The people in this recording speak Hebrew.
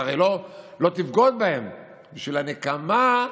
בשביל הנקמה,